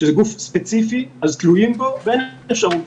כשזה גוף ספציפי אז תלויים בו ואין אפשרות.